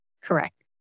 Correct